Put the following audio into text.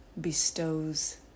bestows